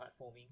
platforming